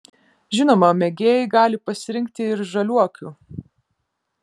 žinoma mėgėjai gali pasirinkti ir žaliuokių